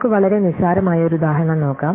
നമുക്ക് വളരെ നിസ്സാരമായ ഒരു ഉദാഹരണം നോക്കാം